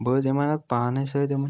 بہٕ حظ یِمہٕ ہا نَتہٕ پانے سۭتۍ یِمَن